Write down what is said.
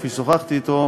כפי ששוחחתי אתו,